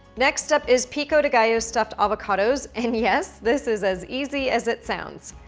next up is pico de gallo stuffed avocados, and yes, this is as easy as it sounds.